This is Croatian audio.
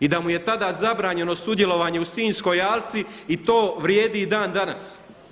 I da mu je tada zabranjeno sudjelovanje u Sinjskoj alci i to vrijedi i dan danas.